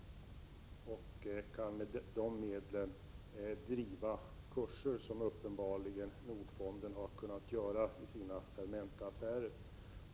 De kan på så sätt styra kurserna, vilket Nordfonden uppenbarligen har kunnat göra i sina Fermentaaffärer.